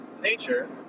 nature